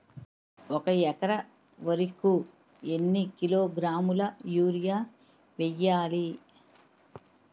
ఒక ఎకర వరి కు ఎన్ని కిలోగ్రాముల యూరియా వెయ్యాలి?